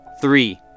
Three